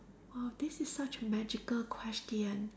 !wow! this is such a magical question